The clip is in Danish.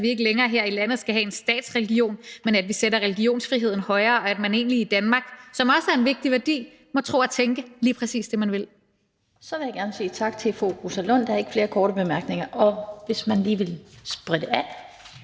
så vi ikke længere her i landet skal have en statsreligion, men at vi sætter religionsfriheden højere – at man i Danmark egentlig, som også er en vigtig værdi, må tro og tænke lige præcis det, man vil. Kl. 13:16 Den fg. formand (Annette Lind): Så vil jeg gerne sige tak til fru Rosa Lund. Der er ikke flere korte bemærkninger. Der skal lige sprittes af.